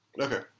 Okay